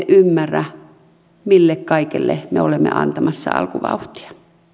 ymmärrä mille kaikelle me olemme antamassa alkuvauhtia